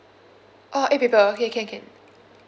oh eight people okay can can